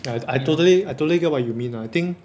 ya I I totally I totally get what you mean uh I think